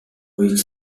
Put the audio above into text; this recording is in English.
which